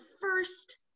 first